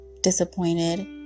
disappointed